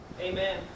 Amen